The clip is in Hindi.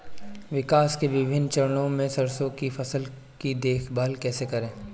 विकास के विभिन्न चरणों में सरसों की फसल की देखभाल कैसे करें?